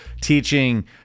teaching